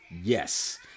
Yes